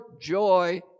joy